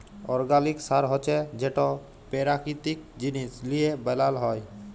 organic সার হছে যেট পেরাকিতিক জিনিস লিঁয়ে বেলাল হ্যয়